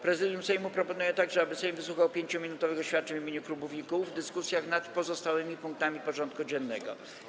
Prezydium Sejmu proponuje także, aby Sejm wysłuchał 5-minutowych oświadczeń w imieniu klubów i kół w dyskusjach nad pozostałymi punktami porządku dziennego.